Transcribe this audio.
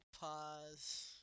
pause